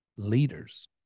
leaders